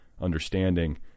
understanding